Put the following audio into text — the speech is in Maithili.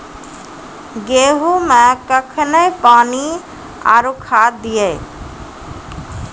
गेहूँ मे कखेन पानी आरु खाद दिये?